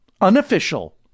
unofficial